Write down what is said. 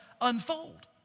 unfold